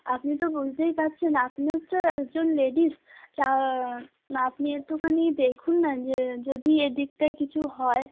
আপনি তো বুঝদেই পারছেন আপনি হচ্চে একজন লেডিস তা আপনি একটুখানি দেখুন না যে যদি এদিকটায় কিছু হয়